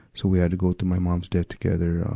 so we had to go through my mom's death together.